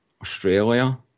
Australia